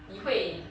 你会